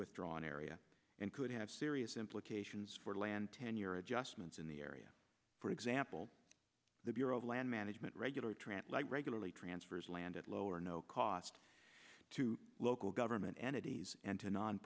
withdrawn area and could have serious implications for land tenure adjustments in the area for example the bureau of land management regular trancelike regularly transfers land at low or no cost to local government entities and to non